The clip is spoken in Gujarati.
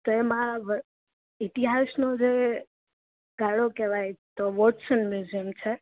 તો એમાં ઇતિહાસનો જે કાળો કેવાય તો વોટસન મ્યુઝીઅમ છે